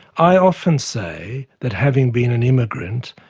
i often say, that having been an immigrant,